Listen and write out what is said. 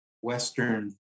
western